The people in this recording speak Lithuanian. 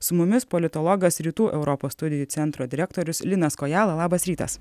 su mumis politologas rytų europos studijų centro direktorius linas kojala labas rytas